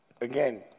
Again